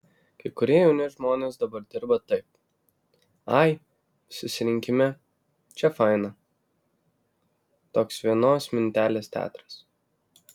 kai kurie jauni žmonės dabar dirba taip ai susirinkime čia faina toks vienos mintelės teatras